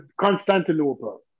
Constantinople